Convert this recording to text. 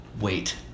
wait